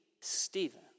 Stephen